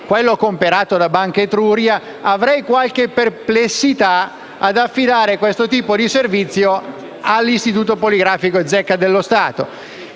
quello comprato da Banca Etruria - avrei qualche perplessità ad affidare questo tipo di servizio all'Istituto Poligrafico e Zecca dello Stato